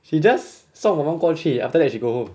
she just 送我们过去 after that she go home